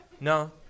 No